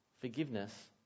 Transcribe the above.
forgiveness